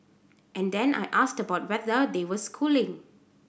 and then I asked about whether they were schooling